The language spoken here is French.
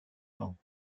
sans